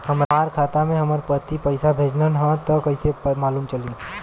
हमरा खाता में हमर पति पइसा भेजल न ह त कइसे मालूम चलि?